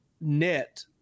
net